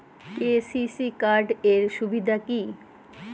KCC card এর সুবিধা কি?